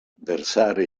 versare